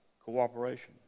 cooperation